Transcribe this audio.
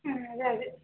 అదే అదే